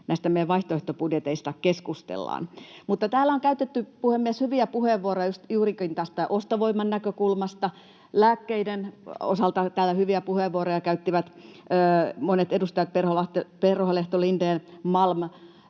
tässä salissakin keskustellaan. Täällä on käytetty, puhemies, hyviä puheenvuoroja juurikin tästä ostovoiman näkökulmasta. Lääkkeiden osalta täällä hyviä puheenvuoroja käyttivät monet edustajat — Perholehto, Lindén, Malm.